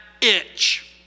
itch